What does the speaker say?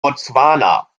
botswana